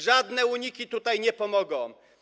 Żadne uniki tutaj nie pomogą.